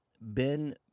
Ben